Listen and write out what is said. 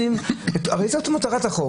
הרי זאת מטרת החוק.